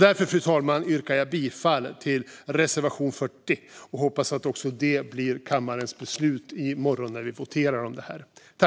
Därför, fru talman, yrkar jag bifall till reservation 40 och hoppas att det blir kammarens beslut i morgon när vi voterar om detta.